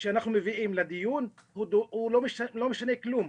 שאנחנו מביאים לדיון לא משנה כלום